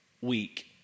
week